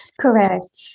Correct